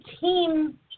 team